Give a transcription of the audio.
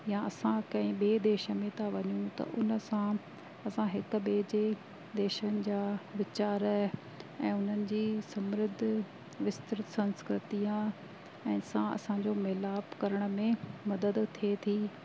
या असां कंहिं ॿिए देश में था वञू त उन सां असां हिक ॿिए जे देशनि जा वीचार ऐं उन्हनि जी समृद्ध विस्तृत संस्कृती या ऐं सां असांजो मिलाप करण में मदद थिए थी